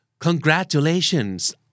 Congratulations